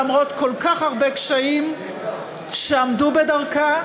למרות כל כך הרבה קשיים שעמדו בדרכה,